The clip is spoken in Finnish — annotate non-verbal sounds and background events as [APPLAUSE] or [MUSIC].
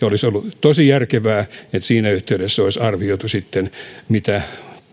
[UNINTELLIGIBLE] olisi ollut tosi järkevää että siinä yhteydessä olisi arvioitu mitä